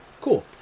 cool